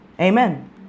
Amen